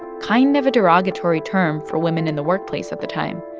kind of a derogatory term for women in the workplace at the time.